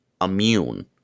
immune